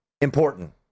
important